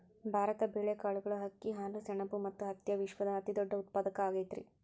ಭಾರತ ಬೇಳೆ, ಕಾಳುಗಳು, ಅಕ್ಕಿ, ಹಾಲು, ಸೆಣಬ ಮತ್ತ ಹತ್ತಿಯ ವಿಶ್ವದ ಅತಿದೊಡ್ಡ ಉತ್ಪಾದಕ ಆಗೈತರಿ